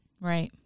Right